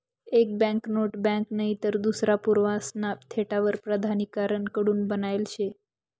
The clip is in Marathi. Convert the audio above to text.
एक बँकनोट बँक नईतर दूसरा पुरावासना भेटावर प्राधिकारण कडून बनायेल शे